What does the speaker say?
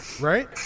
right